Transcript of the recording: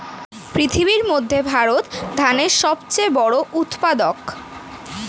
পৃথিবীর মধ্যে ভারত ধানের সবচেয়ে বড় উৎপাদক